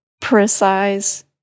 precise